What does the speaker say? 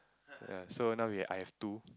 ya so we I have two